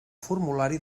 formulari